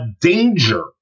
danger